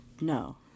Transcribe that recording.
No